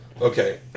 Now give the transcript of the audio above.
Okay